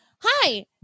Hi